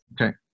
Okay